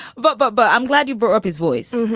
but, but but i'm glad you brought up his voice,